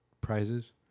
Prizes